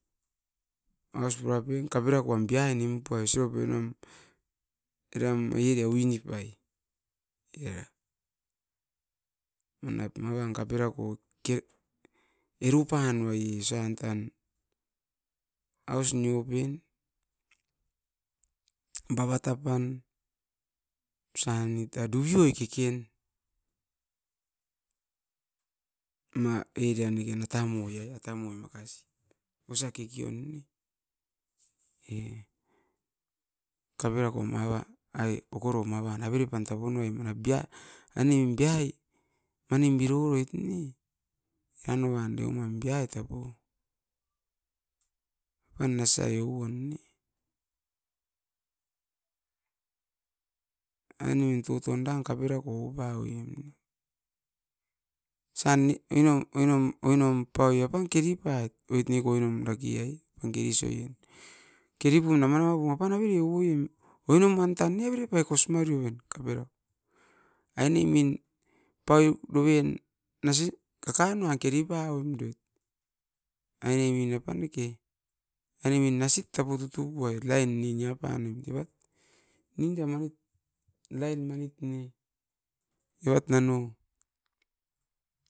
Os pura puaim oinom kaperakoan biai num puai, eram area wini pai era, manap mavan kapera-ko eru panu aie osan tan aus nio pen bava tapan. Osani ta dui dui keken. Ma area atamo dake ai, osa kekeon ne, e mavat okoron avere pan tapunuai manap aine biai tapo manin biro roit ne eran noavan babion biai tan biroroit. Aine min oiran toton kaperako oupa ouim oinom paui apan keri pait gold oit neko oinom dake ai apan keris oien neko, keri pum apan avere ou- oim neko pake aine min pau doven, kakan nuan keri pueroit aine min apaneke nasit taput utu puai line ne nia panoi mit, inda line manit no evat-no.